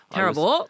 Terrible